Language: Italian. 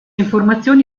informazioni